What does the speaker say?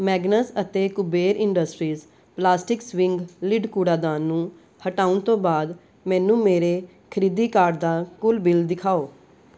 Magnus ਅਤੇ Kuber industries plastic swing lid ਕੂੜਾਦਾਨ ਨੂੰ ਹਟਾਉਣ ਤੋਂ ਬਾਅਦ ਮੈਨੂੰ ਮੇਰੇ ਖਰੀਦੀ ਕਾਰਟ ਦਾ ਕੁੱਲ ਬਿੱਲ ਦਿਖਾਓ